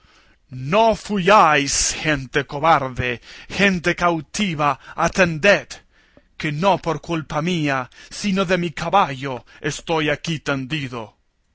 non fuyáis gente cobarde gente cautiva atended que no por culpa mía sino de mi caballo estoy aquí tendido